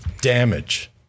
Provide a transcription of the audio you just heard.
damage